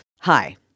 Hi